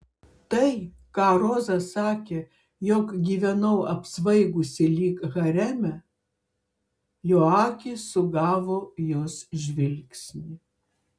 tai ką roza sakė jog gyvenau apsvaigusi lyg hareme jo akys sugavo jos žvilgsnį